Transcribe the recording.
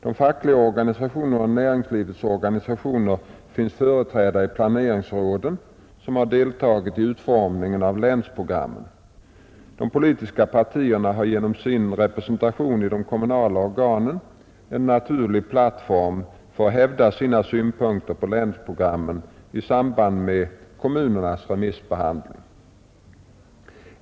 De fackliga organisationerna och näringslivets organisationer finns företrädda i planeringsråden, som har deltagit i utformningen av länsprogram men. De politiska partierna har genom sin representation i de kommunala organen en naturlig plattform för att hävda sina synpunkter på länsprogrammen i samband med kommunernas remissbehandling.